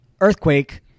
earthquake